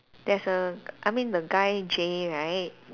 there's a I mean the guy J right